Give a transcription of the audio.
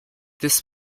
this